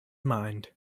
mind